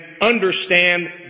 understand